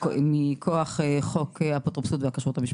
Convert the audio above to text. מכוח חוק האפוטרופסות והכשרות המשפטית.